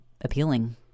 appealing